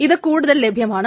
ഇത് കൂടുതൽ ലഭ്യമാണ്